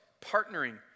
partnering